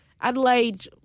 Adelaide